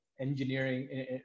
engineering